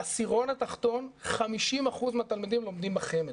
בעשירון התחתון 50% מהתלמידים לומדים בחמ"ד.